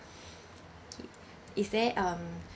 K is there um